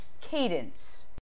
cadence